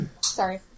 Sorry